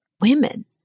women